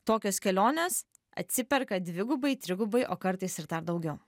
tokios kelionės atsiperka dvigubai trigubai o kartais ir dar daugiau